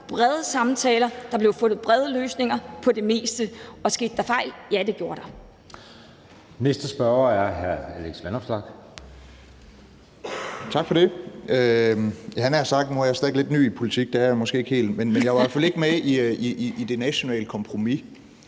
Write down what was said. brede samtaler, og der blev fundet brede løsninger på det meste. Skete der fejl? Ja, det gjorde der.